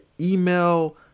email